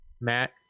Matt